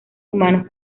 humanos